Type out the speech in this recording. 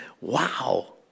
Wow